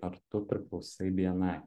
ar tu priklausai bni